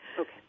okay